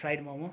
fried momo